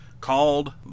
called